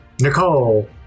Nicole